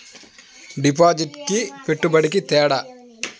డిపాజిట్కి పెట్టుబడికి తేడా?